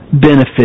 benefit